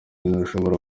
ntirushobora